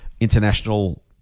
international